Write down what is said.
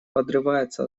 подрывается